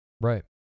Right